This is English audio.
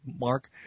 Mark